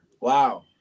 Wow